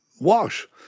wash